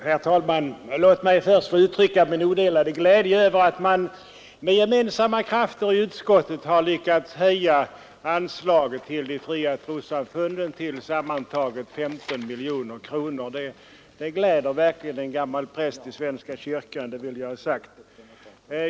Herr talman! Låt mig först få uttrycka min odelade glädje över att man med gemensamma krafter i utskottet har lyckats höja anslagen till de fria trossamfunden till sammantaget 15 miljoner kronor. Det gläder verkligen en gammal präst i svenska kyrkan, det vill jag ha sagt.